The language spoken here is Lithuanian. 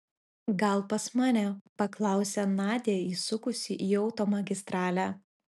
gal pas mane paklausė nadia įsukusi į automagistralę